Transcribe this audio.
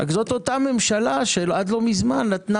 רק שזאת אותה ממשלה שעד לא מזמן נתנה